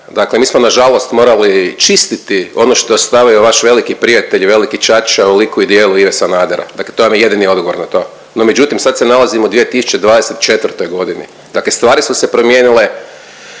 Dakle, mi smo nažalost morali čistiti ono što je ostavio vaš veliki prijatelj i veliki čača u liku i djelu Ive Sanadera. Dakle, to vam je jedini odgovor na to. No, međutim sad se nalazimo u 2024. godini, dakle stvari su se promijenile,